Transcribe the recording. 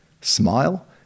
smile